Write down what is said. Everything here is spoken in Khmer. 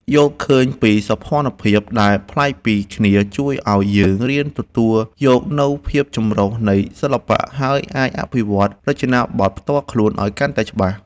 យល់ឃើញពីសោភ័ណភាពដែលប្លែកពីគ្នាជួយឱ្យយើងរៀនទទួលយកនូវភាពចម្រុះនៃសិល្បៈ ហើយ អាចអភិវឌ្ឍរចនាបថផ្ទាល់ខ្លួនឱ្យកាន់តែច្បាស់។